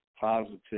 positive